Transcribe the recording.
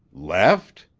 left?